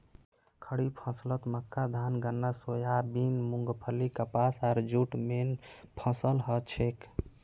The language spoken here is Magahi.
खड़ीफ फसलत मक्का धान गन्ना सोयाबीन मूंगफली कपास आर जूट मेन फसल हछेक